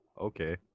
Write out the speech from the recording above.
Okay